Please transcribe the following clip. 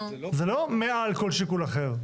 זה לא מעל כל שיקול אחר.